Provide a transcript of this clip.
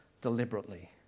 deliberately